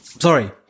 Sorry